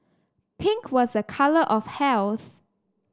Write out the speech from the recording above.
pink was a colour of health